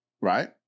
right